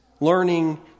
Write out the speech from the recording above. Learning